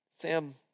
Sam